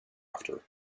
after